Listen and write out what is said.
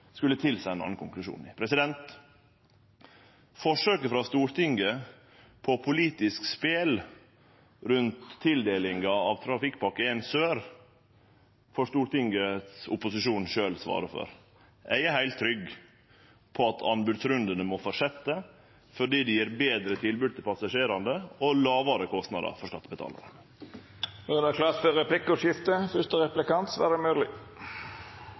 skulle tilseie ein annan konklusjon i. Forsøket frå Stortinget på politisk spel rundt tildelinga av Trafikkpakke 1 Sør får opposisjonen i Stortinget sjølv svare for. Eg er heilt trygg på at anbodsrundane må fortsetje, fordi det gjev betre tilbod til passasjerane og lågare kostnadar for skattebetalarane. Det vert replikkordskifte.